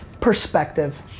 Perspective